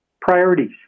priorities